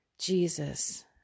Jesus